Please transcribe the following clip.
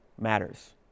matters